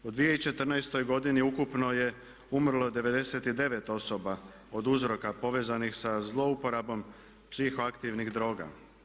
U 2014. godini ukupno je umrlo 99 osoba od uzroka povezanih sa zlouporabom psihoaktivnih droga.